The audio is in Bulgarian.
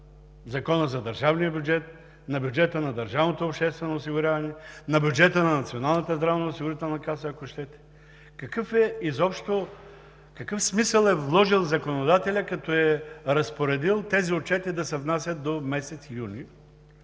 Закона за държавния бюджет, на бюджета на държавното обществено осигуряване, на бюджета на Националната здравноосигурителна каса, ако щете. Какъв смисъл е вложил законодателят, като е разпоредил тези отчети да се внасят до месец юни,